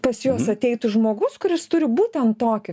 pas juos ateitų žmogus kuris turi būtent tokį